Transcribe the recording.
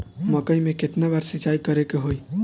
मकई में केतना बार सिंचाई करे के होई?